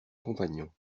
compagnon